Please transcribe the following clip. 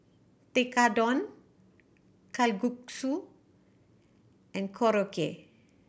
Tekkadon Kalguksu and Korokke